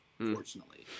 Unfortunately